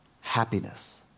happiness